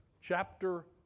chapter